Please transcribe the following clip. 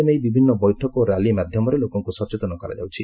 ଏ ନେଇ ବିଭିନ୍ନ ବୈଠକ ଓ ରାଲି ମାଧ୍ଧମରେ ଲୋକଙ୍ଙୁ ସଚେତନ କରାଯାଉଛି